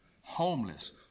homeless